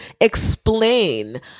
explain